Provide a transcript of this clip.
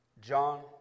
John